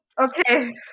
okay